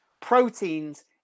proteins